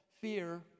fear